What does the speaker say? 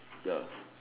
ya